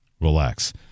Relax